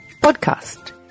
Podcast